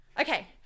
Okay